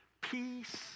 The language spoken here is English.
peace